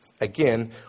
Again